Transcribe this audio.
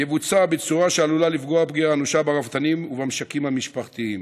יבוצע בצורה שעלולה לפגוע פגיעה אנושה ברפתנים ובמשקים המשפחתיים.